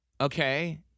Okay